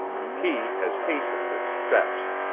he has hastened its steps.